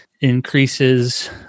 increases